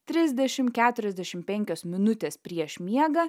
trisdešim keturiasdešim penkios minutės prieš miegą